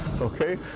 Okay